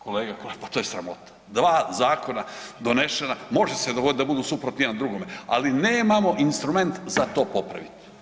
Kolega … pa to je sramota, dva zakona donešena, može se dogoditi da budu suprotni jedan drugome, ali nemamo instrument za to popraviti.